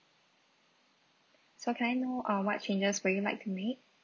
so can I know uh what changes would you like to make